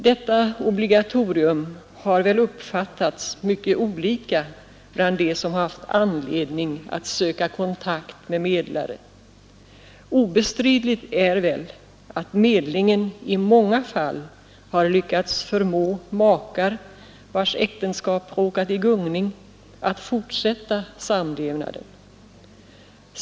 Detta obligatorium har väl uppfattats mycket olika av dem som haft anledning att söka kontakt med medlare. Obestridligt är att medlingen i många fall har lyckats förmå makar vilkas äktenskap råkat i gungning att fortsätta samlevnaden.